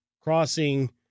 crossing